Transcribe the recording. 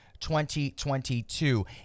2022